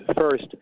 First